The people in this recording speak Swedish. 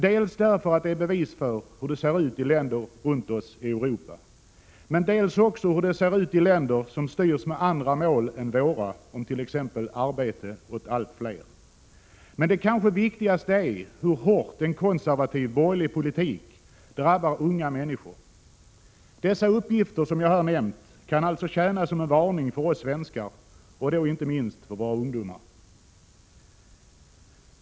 Dels är de bevis för hur det ser ut i länder runt om i Europa, dels visar de hur det ser ut i länder som styrs med andra mål än våra, t.ex. om arbete åt allt fler. Men det kanske viktigaste är hur hårt en konservativ borgerlig politik drabbar unga människor. Dessa uppgifter kan alltså tjäna som en varning för oss svenskar, och då inte minst för våra ungdomar.